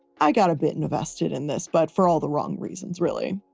i got a bit invested in this but for all the wrong reasons, really.